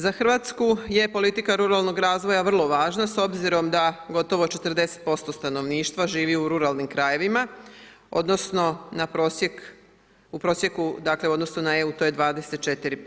Za RH je politika ruralnog razvoja vrlo važna, s obzirom da gotovo 40% stanovništva živi u ruralnim krajevima odnosno na prosjek, u prosjeku dakle u odnosu na EU, to je 24%